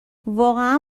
واقعا